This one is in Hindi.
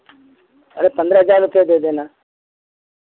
अरे पन्द्रह हज़ार रुपैया दे देना